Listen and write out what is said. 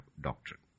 doctrine